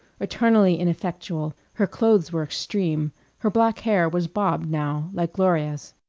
eternally ineffectual her clothes were extreme her black hair was bobbed, now, like gloria's.